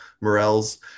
morels